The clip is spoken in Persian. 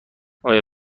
آیا